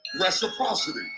reciprocity